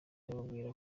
bababwira